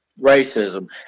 racism